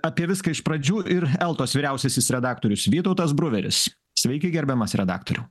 apie viską iš pradžių ir eltos vyriausiasis redaktorius vytautas bruveris sveiki gerbiamas redaktoriau